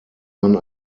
man